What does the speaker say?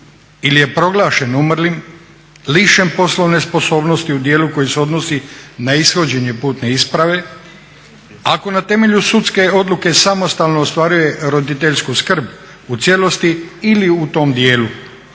ili je proglašen umrlim, lišen poslovne sposobnosti u dijelu koji se odnosi na ishođenje putne isprave, ako na temelju sudske odluke samostalno ostvaruje roditeljsku skrb u cijelosti ili u tom dijelu,